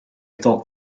talk